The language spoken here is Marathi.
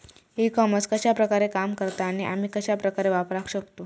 ई कॉमर्स कश्या प्रकारे काम करता आणि आमी कश्या प्रकारे वापराक शकतू?